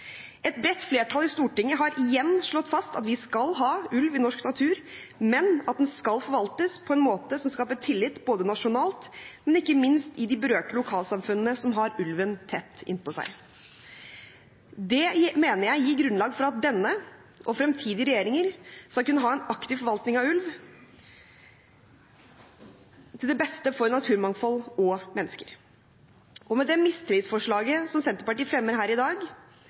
Et bredt flertall i Stortinget har igjen slått fast at vi skal ha ulv i norsk natur, men at den skal forvaltes på en måte som skaper tillit både nasjonalt og ikke minst i de berørte lokalsamfunnene, som har ulven tett innpå seg. Det mener jeg gir grunnlag for at denne regjering og fremtidige regjeringer skal kunne ha en aktiv forvaltning av ulv, til det beste for naturmangfold og mennesker. Med det mistillitsforslaget som Senterpartiet fremmer her i dag,